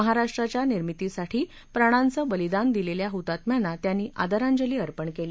महाराष्ट्राच्या निर्मितीसाठी प्राणांचं बलिदान दिलेल्या हुतात्म्यांना त्यांनी आदरांजली अर्पण केली